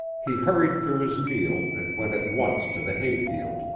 he hurried through his meal, and went at once to the hay-field,